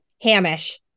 hamish